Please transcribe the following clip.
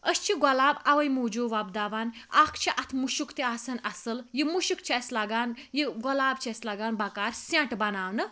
أسۍ چھِ گۄلاب اَوے موٗجوب وۄبداوان اکھ چھُ اتھ مُشُک تہِ آسان اصل یہِ مُشُک چھُ اسہِ لَگان یہِ گۄلاب چھُ اَسہ لَگان بَکار سیٚنٛٹ بَناونہٕ